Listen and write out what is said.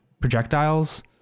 projectiles